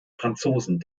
franzosen